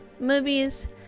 movies